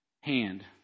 hand